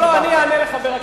לא, אני אענה לחבר הכנסת חסון.